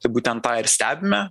tai būtent tą ir stebime